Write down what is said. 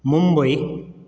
Mumbai